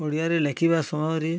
ଓଡ଼ିଆରେ ଲେଖିବା ସମୟରେ